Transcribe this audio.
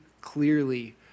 clearly